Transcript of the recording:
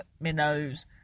minnows